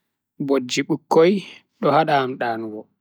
Bojji bikkoi do hada am danugo